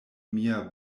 mia